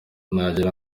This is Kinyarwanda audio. nagira